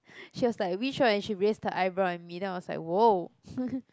she was like which one and she raised her eyebrow at me then I was like !whoa!